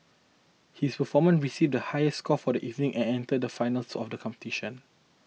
his performance received the highest score for the evening and entered the finals of the competition